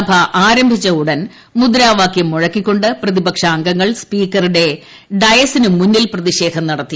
സഭ ആരംഭിച്ച ഉടൻ മുദ്രാവാക്യം മുഴക്കിക്കൊണ്ട് പ്രി്തിപക്ഷ അംഗങ്ങൾ സ്പീക്കറുടെ ഡയസിന് മുന്നിൽ പ്രതിഷേധം നടത്തി